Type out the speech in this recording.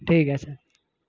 ठीक आहे सर